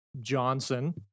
Johnson